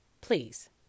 please